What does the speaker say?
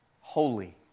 holy